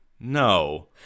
no